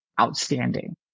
outstanding